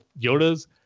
Yoda's